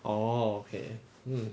orh okay hmm